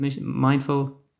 Mindful